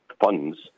funds